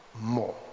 more